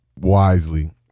wisely